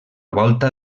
volta